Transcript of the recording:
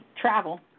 travel